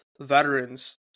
veterans